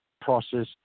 process